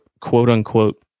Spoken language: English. quote-unquote